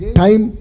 time